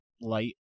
light